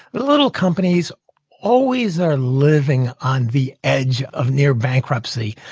little companies always are living on the edge of near-bankruptcy.